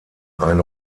ein